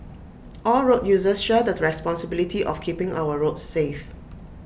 all road users share the responsibility of keeping our roads safe